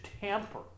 tamper